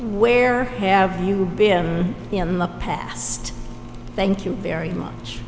where have you been in the past thank you very much